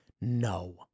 no